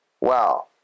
wow